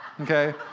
okay